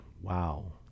Wow